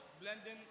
blending